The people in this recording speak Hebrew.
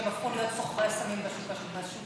שהם הפכו להיות סוחרי סמים בשוק השחור.